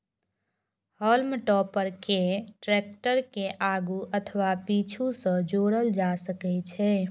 हाल्म टॉपर कें टैक्टर के आगू अथवा पीछू सं जोड़ल जा सकै छै